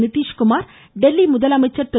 நிதிஷ்குமார் தில்லி முதலமைச்சர் திரு